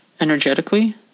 Energetically